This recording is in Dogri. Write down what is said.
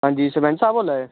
आंजी सरपैंच साह्ब बोल्ला दे